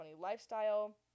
lifestyle